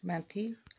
माथि